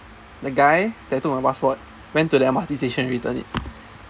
the guy that took my passport went to the M_R_T station and return it